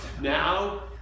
Now